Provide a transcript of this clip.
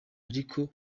ariko